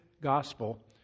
gospel